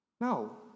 No